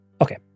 Okay